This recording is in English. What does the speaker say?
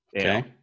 Okay